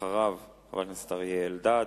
וחברי הכנסת אריה אלדד,